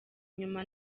inyuma